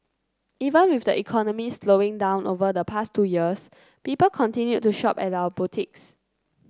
even with the economy slowing down over the past two years people continued to shop at our boutiques